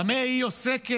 במה היא עוסקת